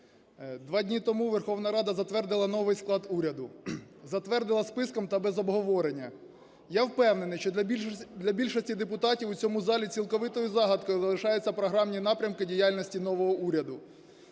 два дні тому Верховна Рада затвердила новий склад уряду. Затвердила списком та без обговорення. Я впевнений, що для більшості депутатів в цьому залі цілковитою загадкою лишаються програмні напрямки діяльності нового уряду.